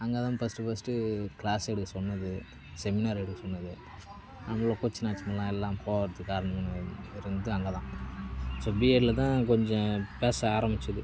அங்கேதான் first first class எடுக்க சொன்னது செமினார் எடுக்க சொன்னது நம்மளும் கூச்சம் நாச்சமெலாம் இல்லாமல் போவதுக்கு காரணம் இருந்தது அங்கேதான் ஸோ பிஎட்டில்தான் கொஞ்சம் பேச ஆரம்பித்தது